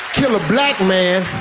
kill a black man.